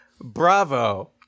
bravo